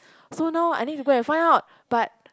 so now I need to go and find out but